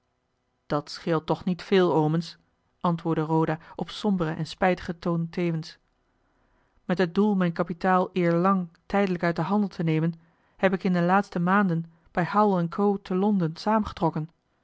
dat scheelt toch niet veel omens antwoordde roda op somberen en spijtigen toon tevens met het doel mijn kapitaal eerlang tijdelijk uit den handel te nemen heb ik het in de laatste maanden bij howell